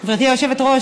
גברתי היושבת-ראש,